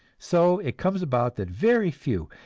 so it comes about that very few,